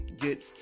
get